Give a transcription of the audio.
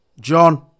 John